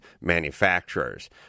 manufacturers